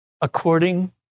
according